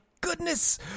goodness